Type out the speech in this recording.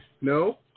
No